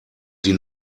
sie